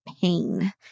pain